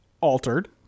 altered